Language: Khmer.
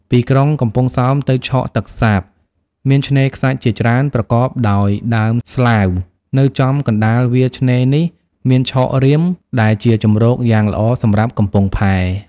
ពីក្រុងកំពង់សោមទៅឆកទឹកសាប មានឆ្នេរខ្សាច់ជាច្រើន ប្រកប ដោយដើមស្លាវ នៅចំកណ្តាលវាលឆ្នេរនេះ មានឆករាម ដែលជាជំរកយ៉ាងល្អសំរាប់កំពង់ផែ ។